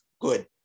good